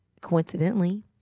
coincidentally